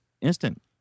instant